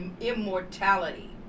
immortality